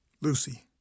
Lucy